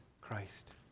Christ